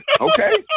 Okay